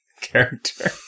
character